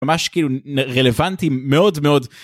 ממש כאילו רלוונטיים מאוד מאוד.